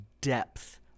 depth